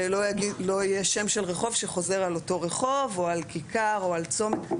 שלא יהיה שם של רחוב שחוזר על אותו רחוב או על כיכר או על צומת.